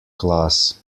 class